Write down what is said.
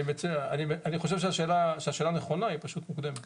אני חושב שהשאלה היא נכונה, היא פשוט מוקדמת.